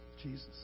Jesus